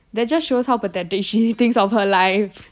that she shows how pathetic she thinks of her life